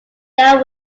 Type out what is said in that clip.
than